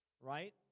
right